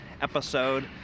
episode